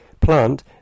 plant